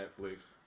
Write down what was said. Netflix